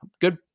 good